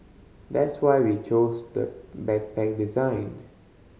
that's why we chose the backpack design